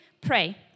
pray